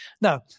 Now